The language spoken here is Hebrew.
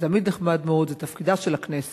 זה תמיד נחמד מאוד, זה תפקידה של הכנסת.